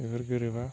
बेफोर गोरोबा